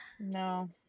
No